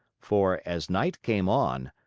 for, as night came on,